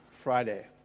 Friday